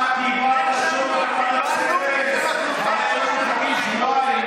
קיבלנו ושלחנו אתכם לשם.